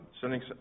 sending